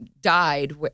died